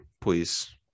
Please